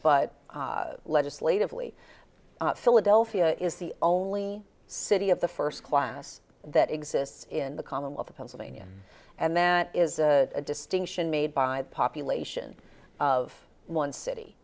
but legislatively philadelphia is the only city of the first class that exists in the commonwealth of pennsylvania and that is a distinction made by the population of one city